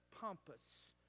pompous